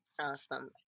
Awesome